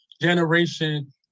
generation